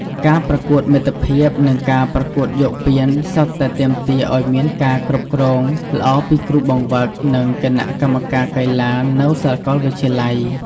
ការប្រកួតមិត្តភាព និងការប្រកួតយកពានសុទ្ធតែទាមទារឲ្យមានការគ្រប់គ្រងល្អពីគ្រូបង្វឹក និងគណៈកម្មការកីឡានៅសាកលវិទ្យាល័យ។